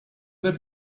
there